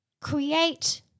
create